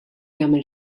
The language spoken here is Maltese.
jagħmel